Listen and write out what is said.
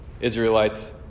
Israelites